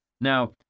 Now